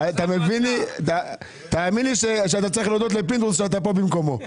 תאמין לי שאתה צריך להודות לפינדרוס שאתה פה במקומו.